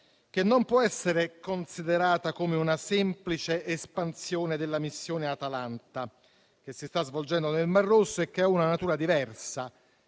che non può essere considerata come una semplice espansione della missione Atalanta, che si sta svolgendo nel Mar Rosso e che ha una natura diversa,